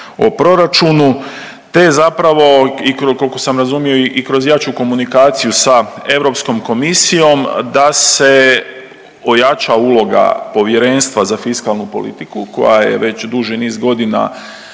o proračunu te zapravo i koliko sam razumio, i kroz jaču komunikaciju sa EU komisijom da se ojača uloga Povjerenstva za fiskalnu politiku koja je već duži niz godina